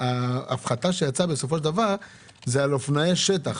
ההפחתה שיצאה בסופו של דבר זה על אופנועי שטח,